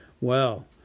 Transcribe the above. Well